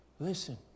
Listen